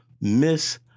Miss